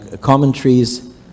commentaries